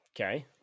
Okay